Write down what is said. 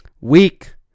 Weak